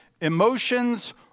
emotions